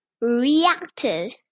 reacted